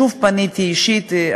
שוב פניתי אישית,